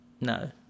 no